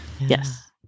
Yes